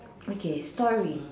okay story